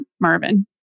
Marvin